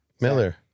Miller